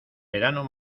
verano